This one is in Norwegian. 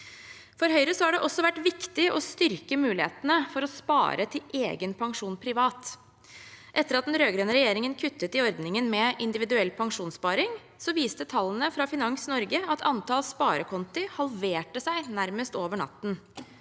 For Høyre har det også vært viktig å styrke mulighetene for å spare til egen pensjon privat. Etter at den rødgrønne regjeringen kuttet i ordningen med individuell pensjonssparing, viste tallene fra Finans Norge at antall sparekonti halverte seg nærmest over natten.